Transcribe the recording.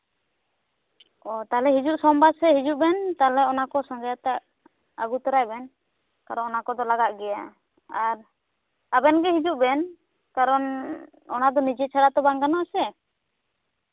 ᱚ ᱛᱟᱦᱞᱮ ᱦᱤᱡᱩᱜ ᱥᱳᱢᱵᱟᱨ ᱥᱮᱜ ᱦᱤᱡᱩᱜ ᱵᱮᱱ ᱛᱟᱦᱚᱞᱮ ᱚᱱᱟᱠᱚ ᱥᱚᱝᱜᱮᱛᱮ ᱟᱹᱜᱩ ᱛᱚᱨᱟᱭᱵᱮᱱ ᱠᱟᱨᱚᱱ ᱚᱱᱟ ᱠᱚᱫᱚ ᱞᱟᱜᱟᱜ ᱜᱮᱭᱟ ᱟᱨ ᱟᱵᱮᱱ ᱜᱮ ᱦᱤᱡᱩᱜ ᱵᱮᱱ ᱠᱟᱨᱚᱱ ᱚᱱᱟ ᱫᱚ ᱱᱤᱡᱮ ᱪᱷᱟᱲᱟ ᱵᱟᱝ ᱜᱟᱱᱚᱜ ᱟᱥᱮ